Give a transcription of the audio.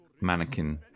mannequin